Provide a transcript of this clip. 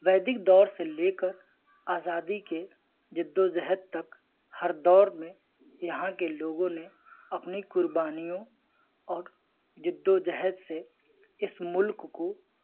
ویدک دور سے لے کر آزادی کے جد و جہد تک ہر دور میں یہاں کے لوگوں نے اپنی قربانیوں اور جد و جہد سے اس ملک کو